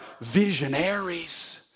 visionaries